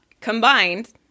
Combined